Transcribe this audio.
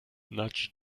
nudge